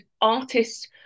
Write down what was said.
artists